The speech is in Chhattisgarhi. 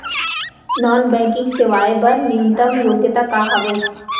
नॉन बैंकिंग सेवाएं बर न्यूनतम योग्यता का हावे?